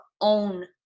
own